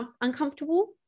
uncomfortable